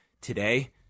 today